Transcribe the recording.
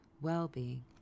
well-being